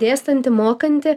dėstantį mokantį